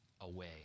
away